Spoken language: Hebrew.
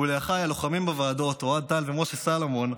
ולאחיי הלוחמים בוועדות אוהד טל ומשה סלומון,